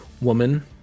woman